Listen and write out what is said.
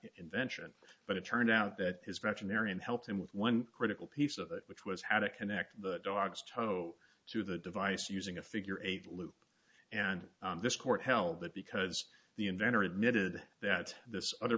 invention but it turned out that his veterinarian helped him with one critical piece of which was how to connect the dog's toe to the device using a figure eight loop and this court held that because the inventor admitted that this other